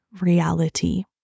reality